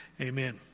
Amen